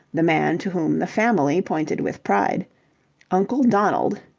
the man to whom the family pointed with pride uncle donald,